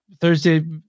Thursday